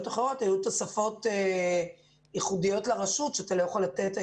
אחרות ייחודיות לרשות שהיום אתה לא יכול לתת.